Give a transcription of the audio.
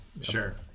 Sure